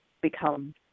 become